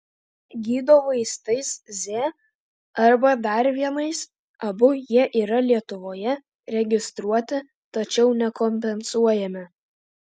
gydo vaistais z arba dar vienais abu jie yra lietuvoje registruoti tačiau nekompensuojami